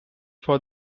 for